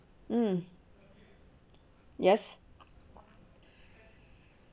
um yes